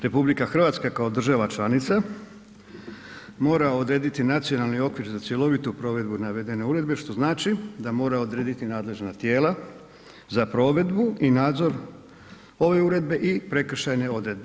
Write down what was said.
RH kao država članica mora odrediti nacionalni okvir za cjelovitu provedbu navedene uredbe, što znači da mora odrediti nadležna tijela za provedbu i nadzor ove uredbe i prekršajne odredbe.